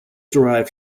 derived